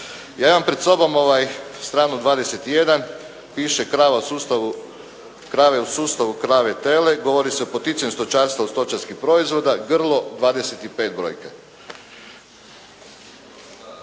Ja imam pred sobom stranu 21. piše krava u sustavu, krave u sustavu, krave-tele, govori se o poticanju stočarstva i stočarskih proizvoda, grlo 25. brojke.